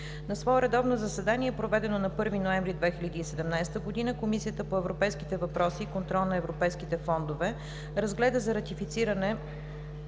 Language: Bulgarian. На свое редовно заседание, проведено на 1 ноември 2017 г., Комисията по европейските въпроси и контрол на европейските фондове разгледа Законопроект за ратифициране